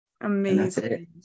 Amazing